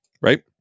right